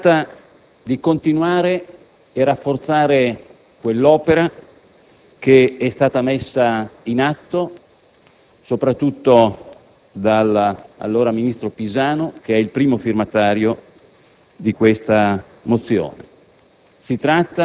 Si tratta di continuare a rafforzare quell'opera messa in atto soprattutto dall'allora ministro Pisanu, primo firmatario di questa mozione,